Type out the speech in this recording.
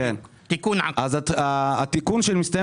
כן, התיקון שמסתיים